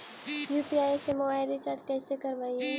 UPI से mobile recharge कैसे करबइ?